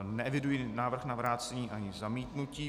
Neeviduji návrh na vrácení ani zamítnutí.